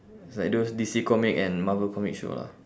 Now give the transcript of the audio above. it's like those D_C comic and marvel comic show lah